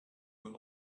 will